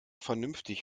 vernünftig